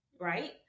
right